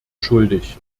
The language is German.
schuldig